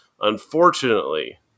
Unfortunately